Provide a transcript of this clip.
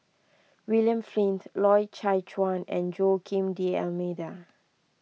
William Flint Loy Chye Chuan and Joaquim D'Almeida